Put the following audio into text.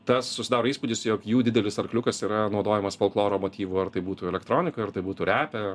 tas susidaro įspūdis jog jų didelis arkliukas yra naudojimas folkloro motyvų ar tai būtų elektronika ar tai būtų repe